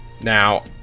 Now